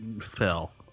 fell